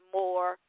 more